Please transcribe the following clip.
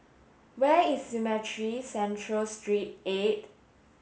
where is Cemetry Central Street Eight